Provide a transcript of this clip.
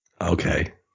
Okay